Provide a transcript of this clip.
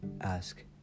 Ask